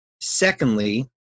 Secondly